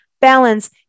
balance